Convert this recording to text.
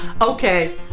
Okay